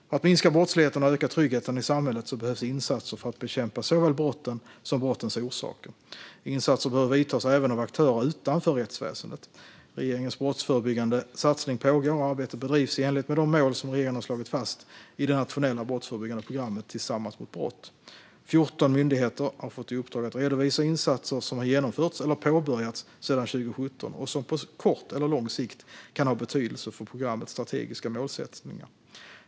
För att minska brottsligheten och öka tryggheten i samhället behövs insatser för att bekämpa såväl brotten som brottens orsaker. Insatser behöver göras även av aktörer utanför rättsväsendet. Regeringens brottsförebyggande satsning pågår, och arbetet bedrivs i enlighet med de mål som regeringen har slagit fast i det nationella brottsförebyggande programmet Tillsammans mot brott. Det är 14 myndigheter som har fått i uppdrag att redovisa insatser som har genomförts eller påbörjats sedan 2017 och som på kort eller lång sikt kan ha betydelse för programmets strategiska målsättningar.